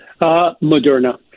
Moderna